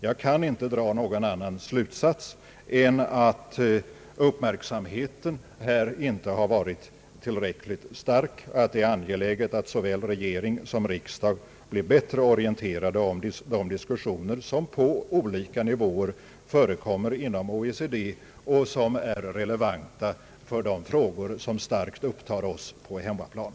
Jag kan inte dra någon annan slutsats än att uppmärksamheten här inte varit tillräckligt stark, och att det är angeläget att såväl regering som riksdag blir bättre orienterade om diskussioner som på olika nivåer förekommer inom OECD och som är relevanta för de frågor som starkt upptar oss på hemmaplan.